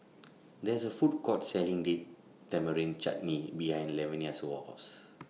There IS A Food Court Selling Date Tamarind Chutney behind Lavenia's House